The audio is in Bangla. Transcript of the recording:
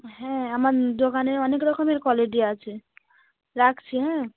হ্যাঁ আমার দোকানে অনেক রকমের কোয়ালিটি আছে রাখছি হ্যাঁ